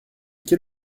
quel